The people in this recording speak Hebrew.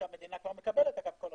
שהמדינה מקבלת כל השנים.